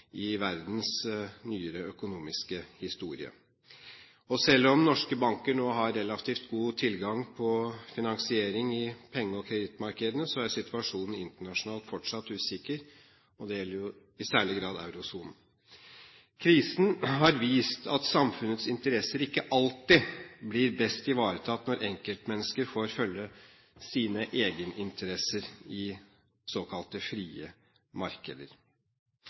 i verdens nyere økonomiske historie. Selv om norske banker nå har relativt god tilgang på finansiering i penge- og kredittmarkedene, er situasjonen internasjonalt fortsatt usikker. Det gjelder i særlig grad eurosonen. Krisen har vist at samfunnets interesser ikke alltid blir best ivaretatt når enkeltmennesker får følge sine egeninteresser i såkalte frie markeder.